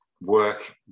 work